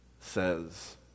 says